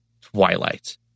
Twilight